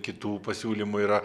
kitų pasiūlymų yra